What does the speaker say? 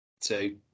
Two